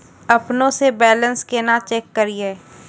अपनों से बैलेंस केना चेक करियै?